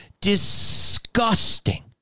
Disgusting